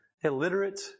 illiterate